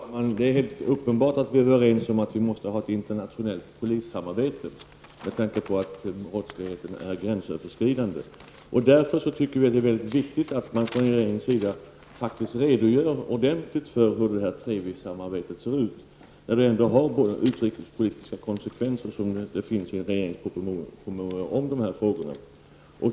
Fru talman! Det är helt uppenbart att vi är överens om att vi måste ha ett internationellt polissamarbete, eftersom brottsligheten är gränsöverskridande. Därför tycker vi inom vårt parti att det är mycket viktigt att regeringen faktiskt ordentligt redogör för hur TREVI-samarbetet ser ut. Det är ändå utrikespolitiska konsekvenser som behandlas i en regeringspromemoria om de här frågorna.